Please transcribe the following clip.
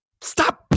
stop